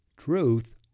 Truth